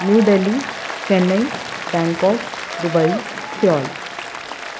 new Delhi Chennai Bangkok Dubai civil